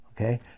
okay